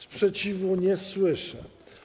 Sprzeciwu nie słyszę.